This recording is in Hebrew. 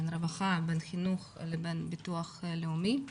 בין רווחה לחינוך ולביטוח לאומי.